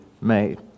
made